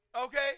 Okay